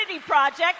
project